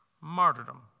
martyrdom